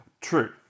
True